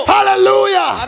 Hallelujah